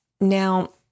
Now